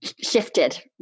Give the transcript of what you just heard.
shifted